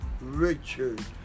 Richard